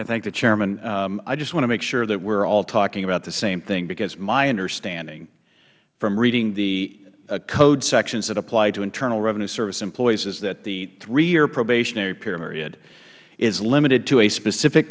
i thank the chairman i just want to make sure that we are all talking about the same thing my understanding from reading the code sections that apply to internal revenue service employees is that the three year probationary period is limited to a specific